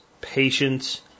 patience